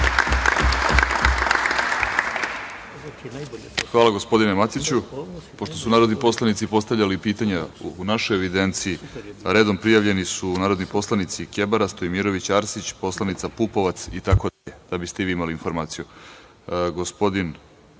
Hvala, gospodine Matiću. Pošto su narodni poslanici postavljali pitanja, u našoj evidenciji redom prijavljeni su narodni poslanici Kebara, Stojmirović, Arsić, poslanica Pupovac, itd, da biste i vi imali informaciju. Reč